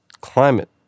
climate